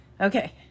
okay